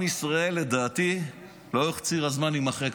עם ישראל יימחק פה לאורך ציר הזמן, לדעתי.